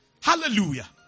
Hallelujah